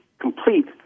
complete